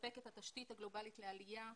לספק את התשתית הגלובלית לעלייה,